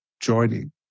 joining